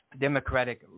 Democratic